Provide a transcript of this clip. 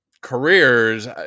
careers